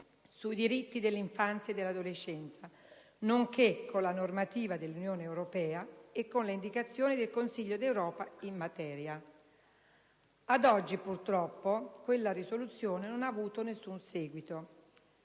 sui diritti dell'infanzia e dell'adolescenza, nonché con la normativa dell'Unione europea e con le indicazioni del Consiglio d'Europa in materia». Ad oggi, purtroppo, quella risoluzione non ha avuto alcun seguito.